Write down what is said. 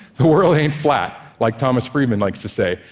the world ain't flat, like thomas friedman likes to say.